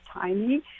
tiny